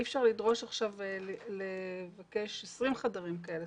אי אפשר לדרוש עכשיו 20 חדרים כאלה.